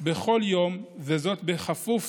בכל יום, וזאת בכפוף